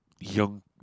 Young